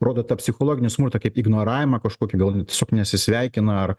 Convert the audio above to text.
rodo tą psichologinį smurtą kaip ignoravimą kažkokį gal net tiesiog nesisveikina ar